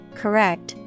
correct